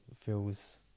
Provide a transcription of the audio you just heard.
feels